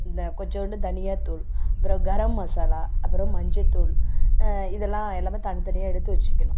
இந்த கொஞ்சோண்டு தனியா தூள் அப்புறம் கரம் மசாலா அப்புறம் மஞ்சள் தூள் இதெல்லாம் எல்லாம் தனித்தனியாக எடுத்து வச்சுக்கணும்